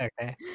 okay